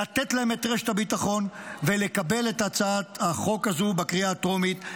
לתת להם את רשת הביטחון ולקבל את הצעת החוק הזאת בקריאה הטרומית,